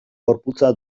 gorputza